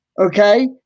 Okay